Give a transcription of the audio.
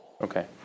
Okay